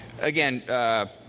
again